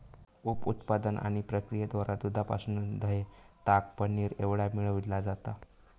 उप उत्पादन आणि प्रक्रियेद्वारा दुधापासून दह्य, ताक, पनीर एवढा मिळविला जाता